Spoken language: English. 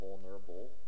vulnerable